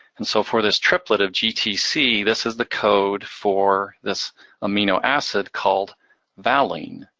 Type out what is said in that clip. and so for this triplet of gtc, this is the code for this amino acid called valine.